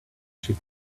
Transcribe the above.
she